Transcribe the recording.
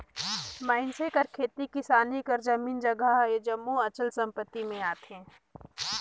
मइनसे कर खेती किसानी कर जमीन जगहा ए जम्मो अचल संपत्ति में आथे